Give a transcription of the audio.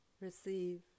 receive